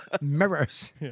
mirrors